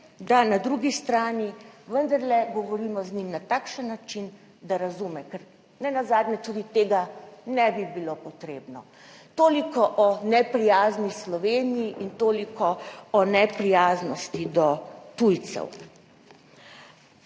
da na drugi strani vendarle govorimo z njim na takšen način, da razume, ker nenazadnje tudi tega ne bi bilo potrebno. Toliko o neprijazni Sloveniji in toliko o neprijaznosti do tujcev.